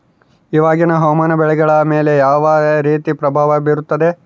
ಇವಾಗಿನ ಹವಾಮಾನ ಬೆಳೆಗಳ ಮೇಲೆ ಯಾವ ರೇತಿ ಪ್ರಭಾವ ಬೇರುತ್ತದೆ?